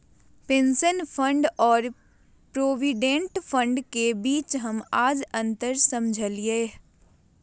pension fund और provident fund के बीच हम आज अंतर समझलियै